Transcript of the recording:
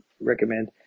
recommend